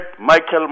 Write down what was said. Michael